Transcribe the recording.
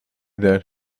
that